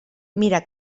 mira